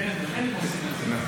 כן, לכן הם עושים את זה.